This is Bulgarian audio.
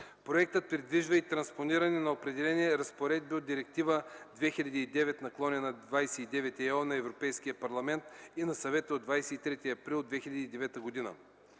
Проектът предвижда и транспониране на определени разпоредби от Директива 2009/29/ЕО на Европейския парламент и на Съвета от 23 април 2009 г.